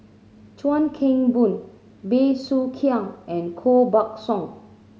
Chuan Keng Boon Bey Soo Khiang and Koh Buck Song